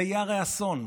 זה יהיה הרי אסון.